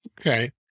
Okay